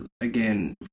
again